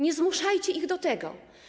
Nie zmuszajcie ich do tego.